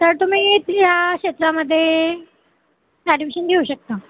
तर तुम्ही या क्षेत्रामध्ये ॲडमिशन घेऊ शकता